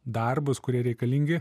darbus kurie reikalingi